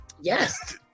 Yes